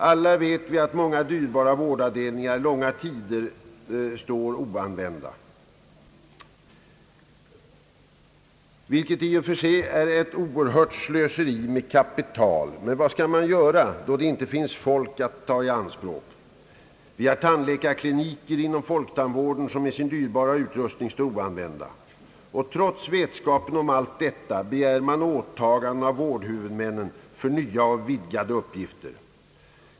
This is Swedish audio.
Alla vet vi att många dyrbara vårdavdelningar långa tider står oanvända, vilket i och för sig är ett oerhört slöseri med kapital. Men vad skall man göra, då det inte finns folk att ta i anspråk? Vi har tandläkarkliniker inom folktandvården som med sin dyrbara utrustning står oanvända. Och trots vetskapen om allt detta begär man åtaganden av vårdhuvudmännen för nya och vidgade uppgifter.